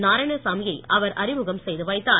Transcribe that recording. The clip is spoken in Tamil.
நாராயணசாமி யை அவர் அறிமுகம் செய்து வைத்தார்